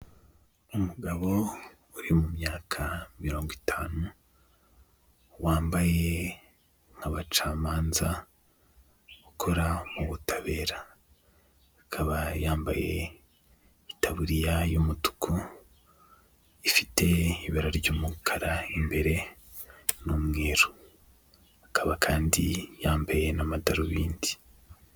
Umugabo uri mu myaka mirongo itanu wambaye nk'abacamanza ukora mu butabera, akaba yambaye itaburiya y'umutuku ifite ibara ry'umukara imbere n'umweru, akaba kandi yambaye n'amadarubindi.